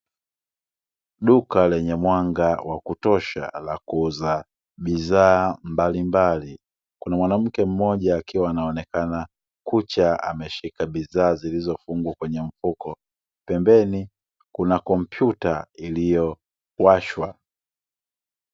Duka lenye mwanga wa kutosha la kuuza bidhaaa mbalimbali. Kuna mwanamke mmoja akiwa anaonekana kucha ameshika bidhaaa zilizofungwa kwenye mfuko. Pembeni kuna kompyuta iliyowashwa.